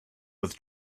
with